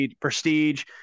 prestige